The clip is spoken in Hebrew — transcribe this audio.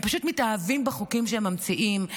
הם פשוט מתאהבים בחוקים שהם ממציאים,